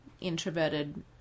introverted